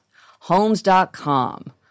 Homes.com